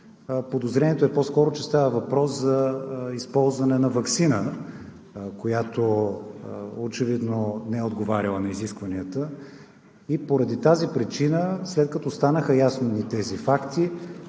подозрението е по-скоро, че става въпрос за използване на ваксина, която очевидно не е отговаряла на изискванията и поради тази причина, след като станаха ясни тези факти,